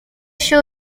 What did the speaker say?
shoe